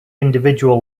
individual